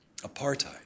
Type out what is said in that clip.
apartheid